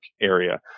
area